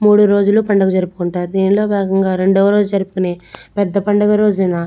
మూడు రోజులు పండగ జరుపుకుంటారు దీనిలో భాగంగా రెండవ రోజు జరుపుకునే పెద్ద పండుగ రోజున